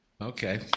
Okay